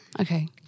Okay